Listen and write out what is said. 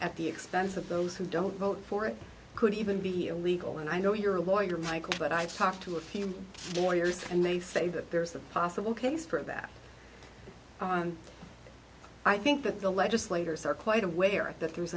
at the expense of those who don't vote for it could even be illegal and i know you're a lawyer michael but i've talked to a few lawyers and they say that there's a possible case for it that i think that the legislators are quite aware that there